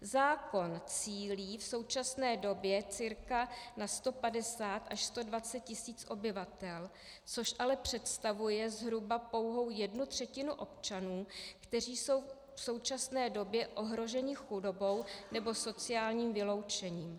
Zákon cílí v současné době cca na 150 až 120 tisíc obyvatel, což ale představuje zhruba pouhou jednu třetinu občanů, kteří jsou v současné době ohroženi chudobou nebo sociálním vyloučením.